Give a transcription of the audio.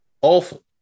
awful